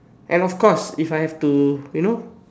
and of course if I have to you know